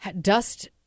Dust